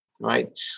Right